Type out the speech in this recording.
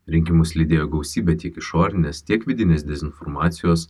rinkimus lydėjo gausybė tiek išorinės tiek vidinės dezinformacijos